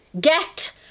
Get